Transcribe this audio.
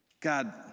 God